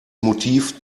motiv